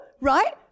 right